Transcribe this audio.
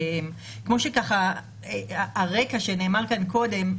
כמו שנאמר כאן קודם,